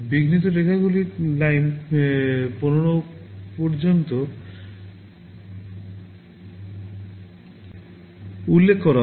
এই বিঘ্নিত রেখাগুলি লাইন 15 পর্যন্ত উল্লেখ করা হয়